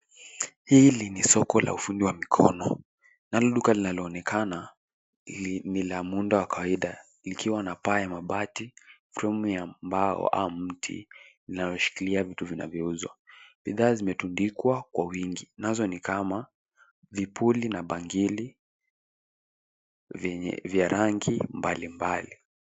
Hili ni soko la ufundi wa mikono nalo duka linaloonekana ni la muda wa kawaida likiwa na paa ya mabati, fremu ya mbao au mti inayoshikilia vitu vinavyouzwa. Bidhaa zimetundikwa kwa wingi nazo ni kama vipuli na bangili vya rangi mbalimbali.